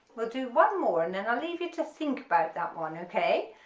we'll do one more and then i'll leave you to think about that one okay,